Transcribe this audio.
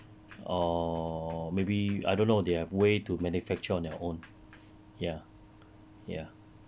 or maybe I don't know they have way to manufacture on their own ya ya